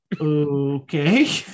okay